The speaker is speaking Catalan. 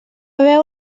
haver